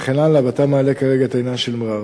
וכן הלאה, ואתה מעלה כרגע את העניין של מע'אר.